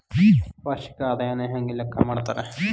ವಾರ್ಷಿಕ ಆದಾಯನ ಹೆಂಗ ಲೆಕ್ಕಾ ಮಾಡ್ತಾರಾ?